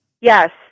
Yes